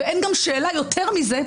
ויותר מזה,